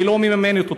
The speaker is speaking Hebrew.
ולא מממנת.